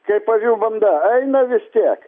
kaip avių banda eina vis tiek